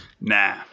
Nah